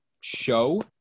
show